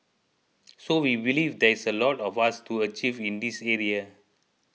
so we believe there is a lot for us to achieve in this area